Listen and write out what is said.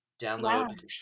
download